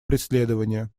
преследования